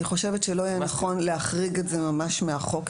אני חושבת שלא יהיה נכון להחריג את זה ממש מהחוק,